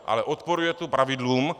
Ale odporuje to pravidlům.